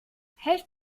helft